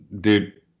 Dude